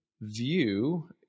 view